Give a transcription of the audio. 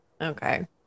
Okay